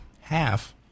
half